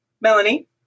Melanie